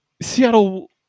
Seattle